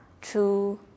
True